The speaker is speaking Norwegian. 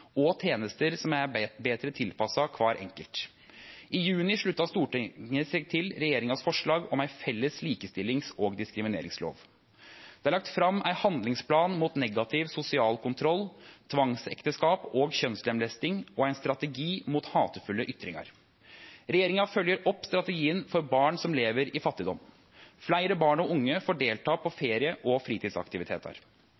og tenester som er betre tilpassa kvar enkelt. I juni slutta Stortinget seg til regjeringas forslag om ei felles likestillings- og diskrimineringslov. Det er lagt fram ein handlingsplan mot negativ sosial kontroll, tvangsekteskap og kjønnslemlesting og ein strategi mot hatefulle ytringar. Regjeringa følgjer opp strategien for barn som lever i fattigdom. Fleire barn og unge får delta på